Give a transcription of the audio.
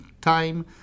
time